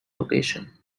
location